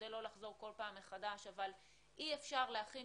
אני אשתדל לא לחזור כול פעם מחדש אבל אי אפשר להכין